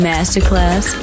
Masterclass